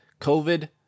COVID